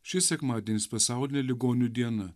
šis sekmadienis pasaulinė ligonių diena